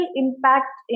impact